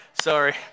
Sorry